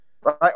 right